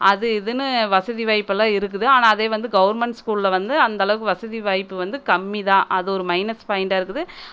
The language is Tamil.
அது இதுனு வசதி வாய்ப்பெல்லாம் இருக்குது ஆனால் அதே வந்து கவர்ன்மெண்ட் ஸ்கூலில் வந்து அந்த அளவுக்கு வசதி வாய்ப்பு வந்து கம்மி தான் அது ஒரு மைனஸ் பாயிண்ட்டாக இருக்குது